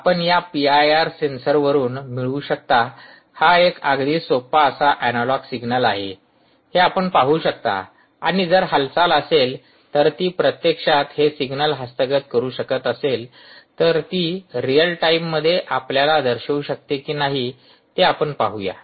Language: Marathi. आपण या पीआयआर सेन्सरवरून मिळवू शकता हा एक अगदी सोपा असा अॅनालॉग सिग्नल आहे हे आपण पाहू शकता आणि जर हालचाल असेल तर ती प्रत्यक्षात हे सिग्नल हस्तगत करू शकत असेल तर ती रिअल टाइममध्ये आपल्याला दर्शवू शकते की नाही ते आपण पाहूया